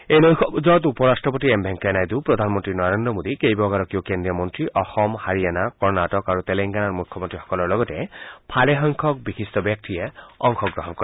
এই নৈশ ভোজত উপ ৰাট্টপতি এম ভেংকায়া নাইডু প্ৰধানমন্ত্ৰী নৰেন্দ্ৰ মোদী কেইবাগৰাকী কেন্দ্ৰীয় মন্ত্ৰী অসম হাৰিয়ানা কৰ্ণাটক আৰু তেলেংগানাৰ মুখ্যমন্ত্ৰীসকলৰ লগতে ভালেসংখ্যক বিশষ্ট ব্যক্তিয়ে অংশগ্ৰহণ কৰে